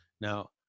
now